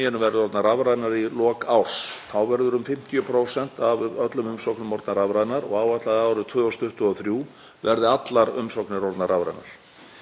Hvaða þjónusta verður fyrst rafræn? Rafræn umsókn um ríkisborgararétt fór í loftið 19. janúar sl. Nú þegar hafa umsóknir borist.